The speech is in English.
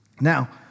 Now